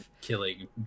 killing